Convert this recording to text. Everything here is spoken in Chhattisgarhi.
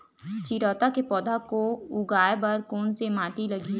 चिरैता के पौधा को उगाए बर कोन से माटी लगही?